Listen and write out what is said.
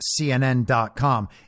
CNN.com